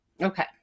Okay